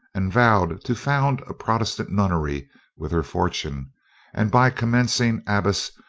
and vowed to found a protestant nunnery with her fortune and by commencing abbess,